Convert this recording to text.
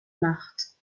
marthe